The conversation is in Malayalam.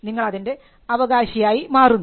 നിങ്ങൾ അതിൻറെ അവകാശിയായി മാറുന്നു